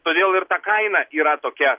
todėl ir ta kaina yra tokia